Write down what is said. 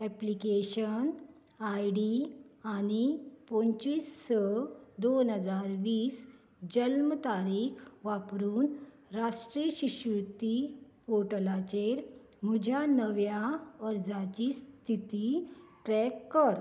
application I D आनी पंचवीस स दोन हजार वीस जल्म तारीख वापरून राष्ट्रीय शिश्यवृत्ती पोर्टलाचेर म्हज्या नव्या अर्जाची स्थिती ट्रॅक कर